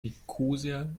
nikosia